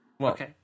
okay